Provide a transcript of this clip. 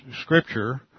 Scripture